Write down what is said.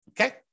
okay